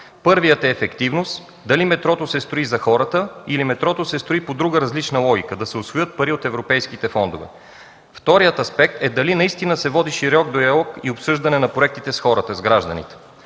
Първият е ефективност, дали метрото се строи за хората или се строи по друга, различна логика – да се усвоят пари от европейските фондове. Вторият аспект е дали наистина се води широк диалог и обсъждане на проектите с хората, с гражданите.